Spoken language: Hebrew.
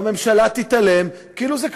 והממשלה תתעלם כאילו זה כלום,